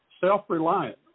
Self-reliant